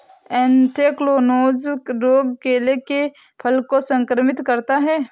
anthracnose रोग केले के फल को संक्रमित करता है